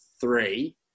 three